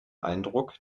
eindruck